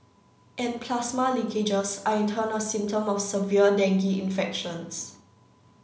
and plasma leakages are in turn a symptom of severe dengue infections